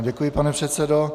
Děkuji vám, pane předsedo.